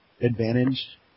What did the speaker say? advantage